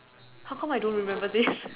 how come I don't remember this